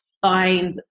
find